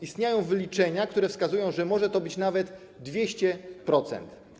Istnieją wyliczenia, które wskazują, że może to być nawet 200%.